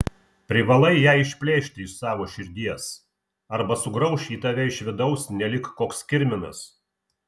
privalai ją išplėšti iš savo širdies arba sugrauš ji tave iš vidaus nelyg koks kirminas